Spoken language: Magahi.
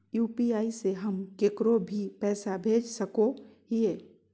यू.पी.आई से हम केकरो भी पैसा भेज सको हियै?